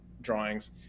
drawings